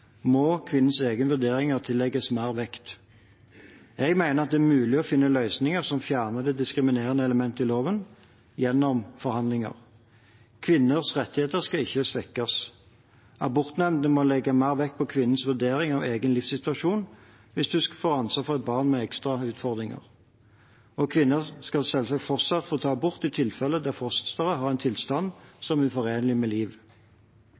må kvinnens egne vurderinger tillegges mer vekt. Jeg mener det er mulig å finne løsninger som fjerner det diskriminerende elementet i loven, gjennom forhandlinger. Kvinners rettigheter skal ikke svekkes. Abortnemndene må legge mer vekt på kvinnens vurdering av egen livssituasjon hvis hun får ansvar for et barn med ekstra utfordringer. Og kvinner skal selvsagt fortsatt få ta abort i tilfeller der fosteret har en tilstand som er uforenlig med liv.